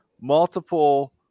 multiple